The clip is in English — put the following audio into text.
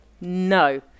No